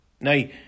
Now